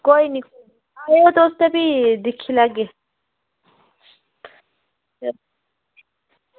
खोई नी आयो तुस ते भी दिक्खी लैगे